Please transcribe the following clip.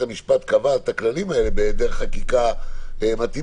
המשפט קבע את הכללים האלה בהיעדר חקיקה מתאימה,